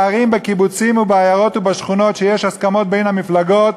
בערים בקיבוצים ובעיירות ובשכונות שיש הסכמות בין המפלגות,